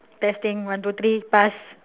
testing one two three pass